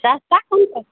सस्ता कोन परतै